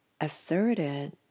asserted